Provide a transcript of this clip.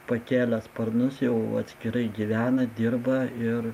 pakėlė sparnus jau atskirai gyvena dirba ir